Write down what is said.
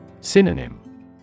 Synonym